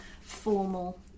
formal